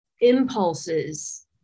impulses